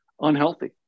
unhealthy